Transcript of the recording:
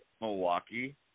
Milwaukee